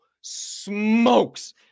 smokes